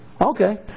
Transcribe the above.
Okay